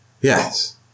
Yes